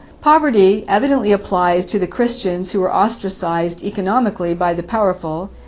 poverty evidently applies to the christians who were ostracized economically by the powerful,